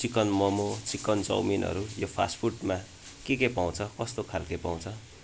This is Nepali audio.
चिकन मोमो चिकन चाउमिनहरू यो फास्ट फुडमा के के पाउँछ कस्तो खालके पाउँछ